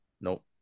Nope